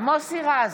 מוסי רז,